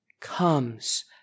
comes